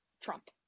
Trump